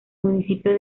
municipio